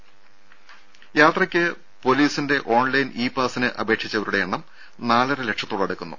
രെട യാത്രയ്ക്ക് പോലീസിന്റെ online e പാസിന് അപേക്ഷിച്ചവരുടെ എണ്ണം നാലരലക്ഷത്തോട് അടുക്കുന്നു